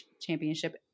championship